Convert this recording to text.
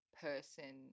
person